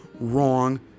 wrong